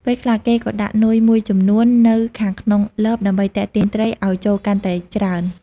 ពេលខ្លះ គេក៏ដាក់នុយមួយចំនួននៅខាងក្នុងលបដើម្បីទាក់ទាញត្រីឲ្យចូលកាន់តែច្រើន។